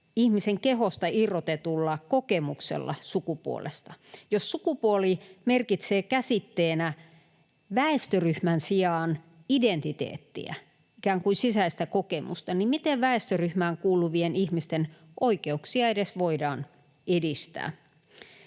ihmisen kehosta irrotetulla kokemuksella sukupuolesta. Jos sukupuoli merkitsee käsitteenä väestöryhmän sijaan identiteettiä, ikään kuin sisäistä kokemusta, niin miten väestöryhmään kuuluvien ihmisten oikeuksia edes voidaan edistää?